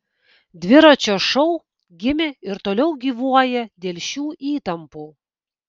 dviračio šou gimė ir toliau gyvuoja dėl šių įtampų